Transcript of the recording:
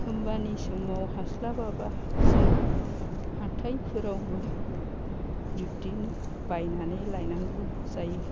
एखनबानि समाव हास्लाबाबा जों हाथायफोरावबो बिब्दिनो बायनानै लायनांगौ जायो